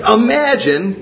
imagine